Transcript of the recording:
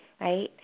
right